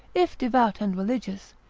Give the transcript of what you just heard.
if devout and religious,